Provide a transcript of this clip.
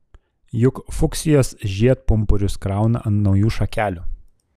juk fuksijos žiedpumpurius krauna ant naujų šakelių